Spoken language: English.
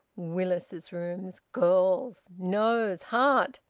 willis's rooms! girls! nose! heart.